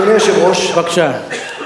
אדוני היושב-ראש,